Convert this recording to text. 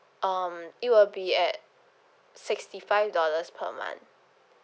um it will be at sixty five dollars per month